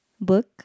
book